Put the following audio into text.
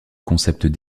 concept